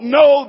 no